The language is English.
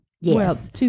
Yes